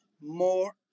more